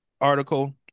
article